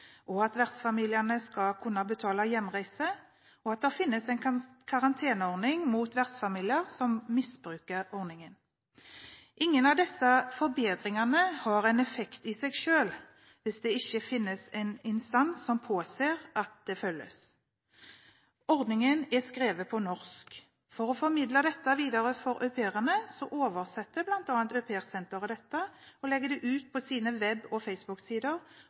at vertsfamiliene skal kunne betale hjemreise, og at det finnes en karanteneordning mot vertsfamilier som misbruker ordningen. Ingen av disse forbedringene har en effekt i seg selv hvis det ikke finnes en instans som påser at de følges. Ordningen er skrevet på norsk. For å formidle dette videre til au pairene oversetter bl.a. aupairsenteret dette, legger det ut på sine web- og